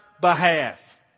behalf